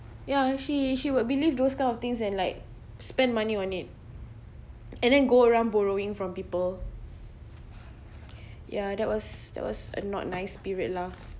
ya she she would believe those kind of things and like spend money on it and then go around borrowing from people ya that was that was a not nice period lah